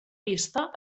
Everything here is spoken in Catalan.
vista